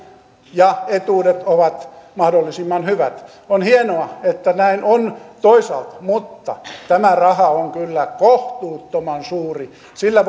ja etuudet ovat mahdollisimman hyvät on hienoa että toisaalta on näin mutta tämä raha on kyllä kohtuuttoman suuri sillä